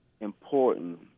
important